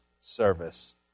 service